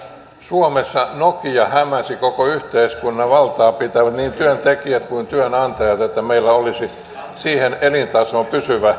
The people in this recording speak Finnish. suomessa nokia hämäsi koko yhteiskunnan valtaapitävät niin työntekijät kuin työnantajat että meillä olisi siihen elintasoon pysyvä oikeutus